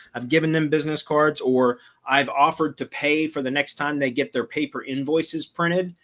i've given them business cards or i've offered to pay for the next time they get their paper invoices printed,